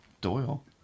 Doyle